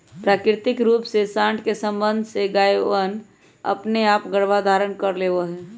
प्राकृतिक रूप से साँड के सबंध से गायवनअपने आप गर्भधारण कर लेवा हई